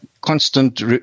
constant